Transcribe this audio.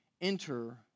enter